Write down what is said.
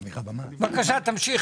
בבקשה, תמשיכי.